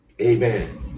Amen